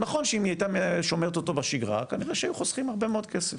שנכון שאם היא היתה שומרת אותו בשגרה היו חוסכים הרבה מאוד כסף.